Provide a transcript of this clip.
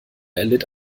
erlitt